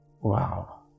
wow